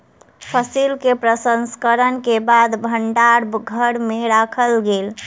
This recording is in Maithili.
फसिल के प्रसंस्करण के बाद भण्डार घर में राखल गेल